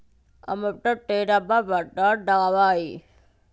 हम अपन चेहरवा पर शहद लगावा ही